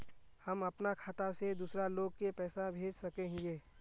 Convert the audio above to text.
हम अपना खाता से दूसरा लोग के पैसा भेज सके हिये?